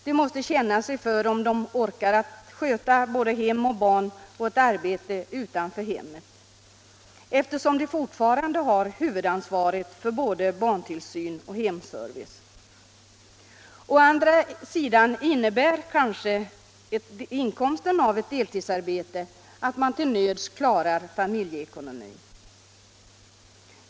De måste känna sig för om de orkar att sköta både hem och barn och ett arbete utanför hemmet, eftersom de fortfarande har huvudansvaret för både barntillsyn och hemservice. Å andra sidan innebär kanske inkomsten av ett deltidsarbete att man till nöds klarar familjeekonomin.